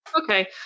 Okay